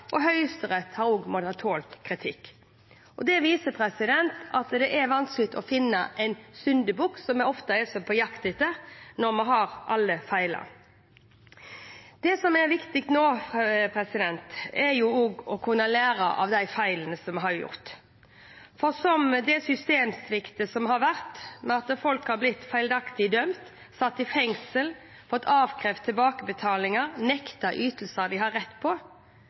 og Høyesterett har også måttet tåle kritikk. Det viser at det er vanskelig å finne en syndebukk, som vi så ofte er på jakt etter, når vi alle har feilet. Det som er viktig nå, er å kunne lære av de feilene som er gjort. Med den systemsvikten som har vært – når folk har blitt feilaktig dømt, satt i fengsel, blitt avkrevd tilbakebetaling, nektet ytelser de har rett til – er det jo Nav som kommer verst ut. Den manglende varslingskulturen, ansvarspulveriseringen og uakseptabel mangel på